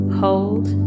hold